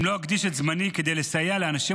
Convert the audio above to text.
אם לא אקדיש את זמני כדי לסייע לאנשים